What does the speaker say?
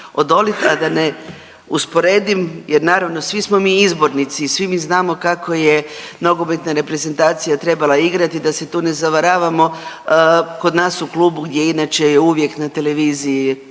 odolit, a da ne usporedim jer naravno svi smo mi izbornici i svi mi znamo kako je nogometna reprezentacija trebala igrati i da se tu ne zavaravamo. Kod nas u klubu gdje inče je uvijek na televiziji